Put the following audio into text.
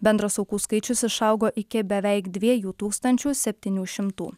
bendras aukų skaičius išaugo iki beveik dviejų tūkstančių septynių šimtų